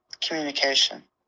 communication